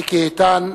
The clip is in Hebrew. מיקי איתן,